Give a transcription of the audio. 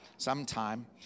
Sometime